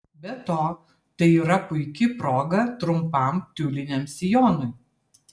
be to tai yra puiki proga trumpam tiuliniam sijonui